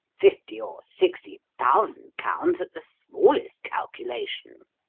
fifty or sixty thousand pounds at the smallest calculation.